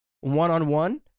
one-on-one